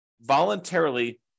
voluntarily